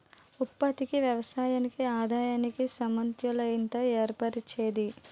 ఉత్పత్తికి వ్యయానికి ఆదాయానికి సమతుల్యత ఏర్పరిచేది